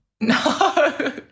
No